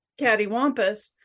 cattywampus